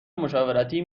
مشاورتی